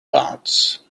parts